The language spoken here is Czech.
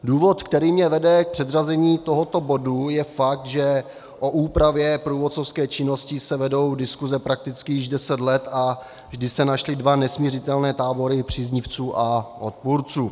Důvod, který mě vede k předřazení tohoto bodu, je fakt, že o úpravě průvodcovské činnosti se vedou diskuse prakticky již deset let a vždy se našly dva nesmiřitelné tábory příznivců a odpůrců.